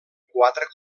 quatre